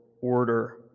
order